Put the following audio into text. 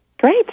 Great